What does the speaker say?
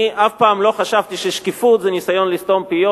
אני אף פעם לא חשבתי ששקיפות זה ניסיון לסתום פיות.